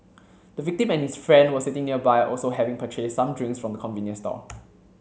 the victim and his friend were sitting nearby also having purchased some drinks from the convenience store